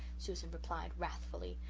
susan replied wrathfully.